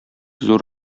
зур